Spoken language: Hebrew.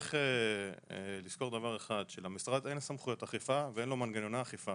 צריך לזכור שלמשרד אין סמכויות אכיפה ואין לו מנגנוני אכיפה